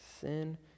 sin